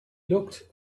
looked